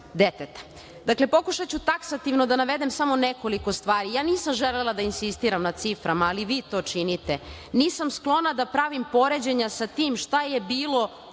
deteta. Dakle, pokušaću taksativno da navedem samo nekoliko stvari. Ja nisam želela da insistiram na ciframa, ali vi to činite. Nisam sklona da pravim poređenja sa tim šta je bilo